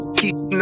keep